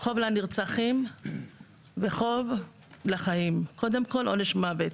לנרצחים וחוב לחיים, קודם כל עונש מוות.